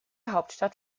hauptstadt